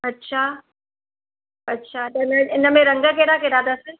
अछा अछा त हिन हिन में रंग कहिड़ा कहिड़ा अथसि